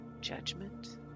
Judgment